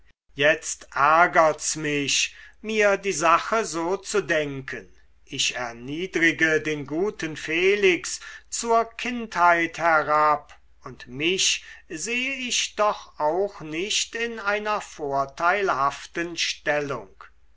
jetzt ärgert's mich mir die sache so zu denken ich erniedrige den guten felix zur kindheit herab und mich sehe ich doch auch nicht in einer vorteilhaften stellung